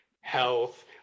health